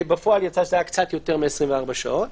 בפועל יצא שזה היה קצת יותר מ-24 שעות.